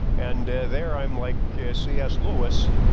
and there i'm like cs louis,